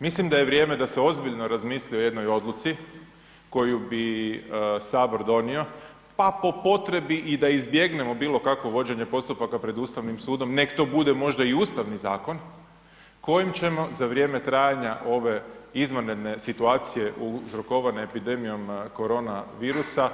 Mislim da je vrijeme da se ozbiljno razmisli o jednoj odluci koju bi Sabor donio, pa po potrebi i da izbjegnemo bilo kakvo vođenje postupaka pred Ustavnim sudom nek to bude možda i Ustavni zakon kojim ćemo za vrijeme trajanja ove izvanredne situacija uzorkovane epidemijom korona virusa